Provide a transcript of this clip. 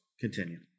Continue